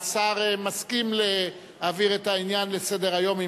השר מסכים להעביר את העניין לסדר-היום,